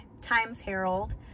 Times-Herald